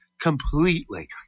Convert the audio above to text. completely